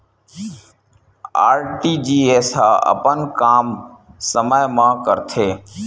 RTGS ह अपन काम समय मा करथे?